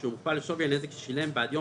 כשהוא מוכפל בשווי הנזק ששילם בעד יום